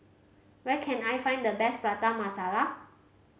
where can I find the best Prata Masala